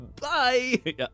Bye